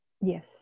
Yes